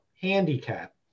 handicap